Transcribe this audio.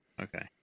okay